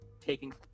taking